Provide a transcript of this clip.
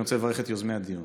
ואני רוצה לברך את יוזמי הדיון.